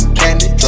candy